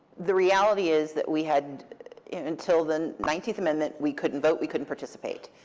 the reality is that we had until the nineteenth amendment, we couldn't vote. we couldn't participate